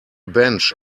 bench